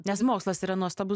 nes mokslas yra nuostabus